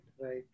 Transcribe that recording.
right